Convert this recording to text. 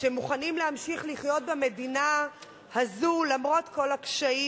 שמוכנים להמשיך לחיות במדינה הזאת למרות כל הקשיים